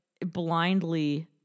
blindly